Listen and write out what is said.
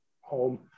home